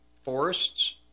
forests